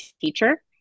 teacher